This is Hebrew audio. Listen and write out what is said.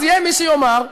אז יהיה מי שיאמר שמבחינתו,